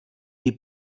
die